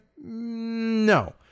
No